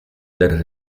del